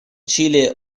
чили